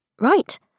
Right